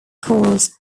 calls